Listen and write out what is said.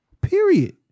Period